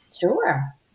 Sure